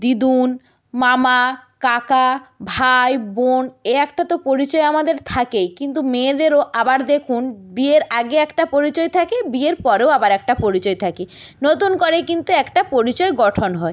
দিদুন মামা কাকা ভাই বোন এ একটা তো পরিচয় আমাদের থাকেই কিন্তু মেয়েদেরও আবার দেখুন বিয়ের আগে একটা পরিচয় থাকে বিয়ের পরেও আবার একটা পরিচয় থাকে নতুন করে কিন্তু একটা পরিচয় গঠন হয়